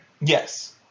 Yes